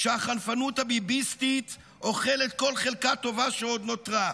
כשהחנפנות הביביסטית אוכלת כל חלקה טובה שעוד נותרה?